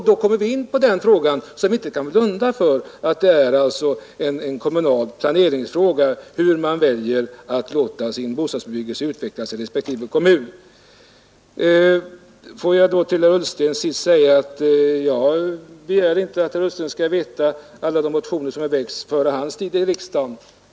Då kommer vi in på ett problem som vi inte kan blunda för, nämligen att det är en kommunal planeringsfråga hur man väljer att låta sin bostadsbebyggelse utvecklas i respektive kommun. Får jag till sist säga att jag inte begär att herr Ullsten skall känna till alla de motioner som väckts före hans tid i riksdagen.